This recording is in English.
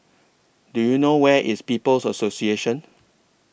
Do YOU know Where IS People's Association